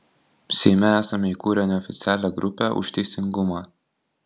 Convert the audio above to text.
seime esame įkūrę neoficialią grupę už teisingumą